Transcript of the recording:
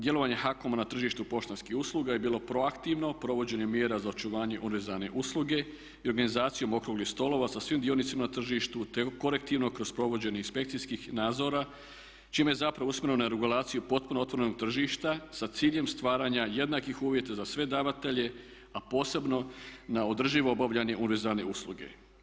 Djelovanje HAKOM-a na tržištu poštanskih usluga je bilo proaktivno provođenjem mjera za očuvanje univerzalne usluge i organizacijom okruglih stolova sa svim dionicima na tržištu te korektivno kroz provođenje inspekcijskih nadzora čime je zapravo usmjereno na regulaciju potpuno otvorenog tržišta sa ciljem stvaranja jednakih uvjeta za sve davatelje a posebno na održivo obavljanje univerzalne usluge.